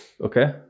okay